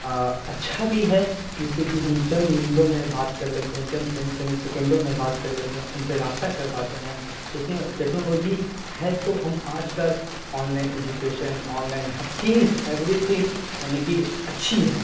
اچھا بھی ہے جس سے کہ ہم چند منٹوں میں بات کر لیتے ہیں چند سیکنڈوں میں بات کر لیتے ہیں ان سے رابطہ کر پاتے ہیں ٹیکنالوجی ہے تو ہم آج کل online education online ہر چیز ایوری تھنگ یعنی کہ اچھی ہے